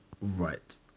Right